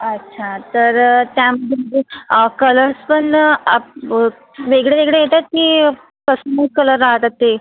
अच्छा तर त्यामध्ये कलर्स पण आप वेगळे वेगळे येतात की कसणूक कलर राहतात ते